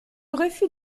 refus